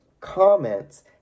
comments